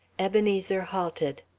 ebenezer halted.